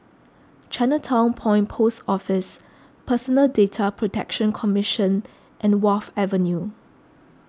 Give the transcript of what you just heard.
Chinatown Point Post Office Personal Data Protection Commission and Wharf Avenue